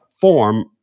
form